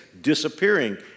disappearing